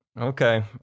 okay